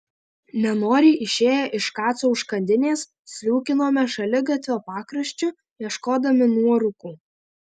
nenoriai išėję iš kaco užkandinės sliūkinome šaligatvio pakraščiu ieškodami nuorūkų